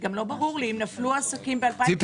גם לא ברור לי, אם נפלו עסקים ב --- זה